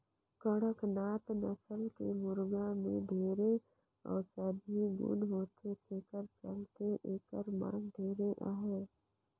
कड़कनाथ नसल के मुरगा में ढेरे औसधीय गुन होथे तेखर चलते एखर मांग ढेरे अहे